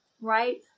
right